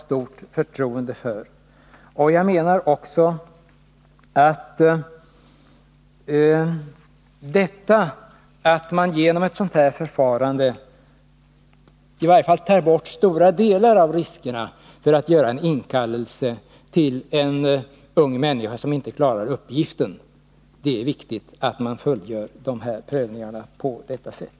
Vidare menar jag att det är viktigt att de här prövningarna fullgörs på detta sätt, så att en inkallelse inte blir till någonting som innebär att man konstaterar att en ung människa inte klarar sin uppgift.